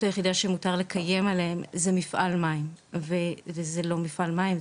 היחידה שמותר לקיים עליהם היא מפעל מים וזה לא מפעל מים,